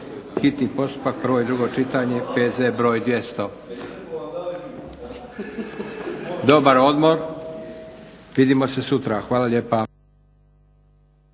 hitni postupak, prvo i drugo čitanje, P.Z. br. 200. Dobar odmor, vidimo se sutra. Hvala lijepa.